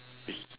which